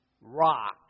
Rock